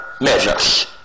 measures